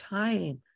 time